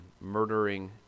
murdering